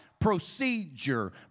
procedure